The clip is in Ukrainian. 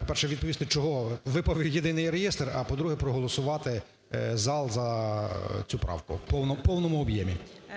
по-перше, відповісти, чого випав єдиний реєстр, а, по-друге, проголосувати зал за цю правку в повному об'ємі.